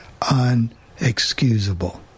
unexcusable